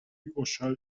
überschall